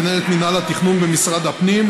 מנהלת מינהל התכנון במשרד הפנים,